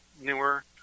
newer